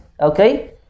Okay